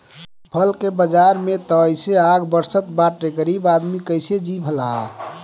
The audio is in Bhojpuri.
फल के बाजार में त जइसे आग बरसत बाटे गरीब आदमी कइसे जी भला